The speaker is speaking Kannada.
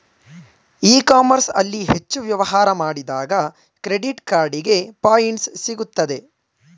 ಇ ಕಾಮರ್ಸ್ ಅಲ್ಲಿ ಹೆಚ್ಚು ವ್ಯವಹಾರ ಮಾಡಿದಾಗ ಕ್ರೆಡಿಟ್ ಕಾರ್ಡಿಗೆ ಪಾಯಿಂಟ್ಸ್ ಸಿಗುತ್ತದೆ